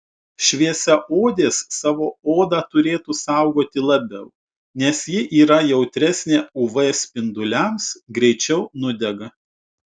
šviesiaodės savo odą turėtų saugoti labiau nes ji yra jautresnė uv spinduliams greičiau nudega